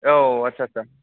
औ आतसा आतसा